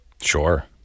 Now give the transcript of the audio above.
Sure